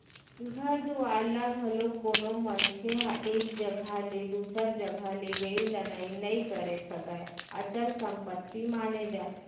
घर दुवार ल घलोक कोनो मनखे ह एक जघा ले दूसर जघा लेगई लनई नइ करे सकय, अचल संपत्ति माने जाथे